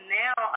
now